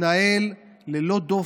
תתנהל ללא דופי,